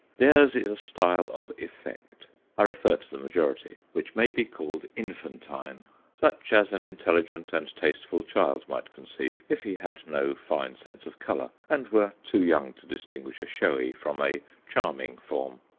theirs is a style of effect i refer to the majority which may be called infantine such as an intelligent and tasteful child might conceive if he had no fine sense of colour, and were too young to distinguish a showy from a charming form.